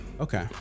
Okay